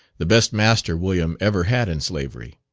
the best master william ever had in slavery.